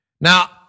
Now